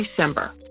December